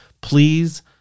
Please